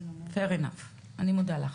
אני מודה לך.